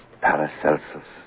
Paracelsus